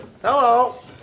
Hello